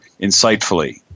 Insightfully